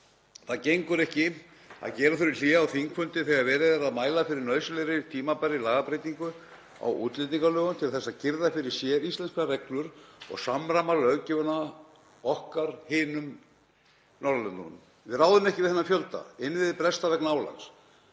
Það gengur ekki að gera þurfi hlé á þingfundi þegar verið er að mæla fyrir nauðsynlegri og tímabærri lagabreytingu á útlendingalögum til þess að girða fyrir séríslenskar reglur og samræma löggjöfina okkar hinum Norðurlöndunum. Við ráðum ekki við þennan fjölda. Innviðir bresta vegna álags.